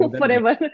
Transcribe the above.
forever